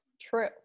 True